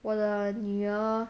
我的女儿